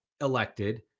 elected